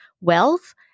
wealth